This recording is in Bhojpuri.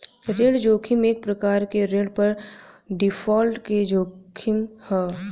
ऋण जोखिम एक प्रकार के ऋण पर डिफॉल्ट के जोखिम ह